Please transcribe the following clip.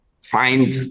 find